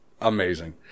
Amazing